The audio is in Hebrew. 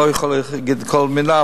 לא יכול להגיד שכל מלה,